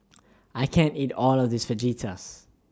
I can't eat All of This Fajitas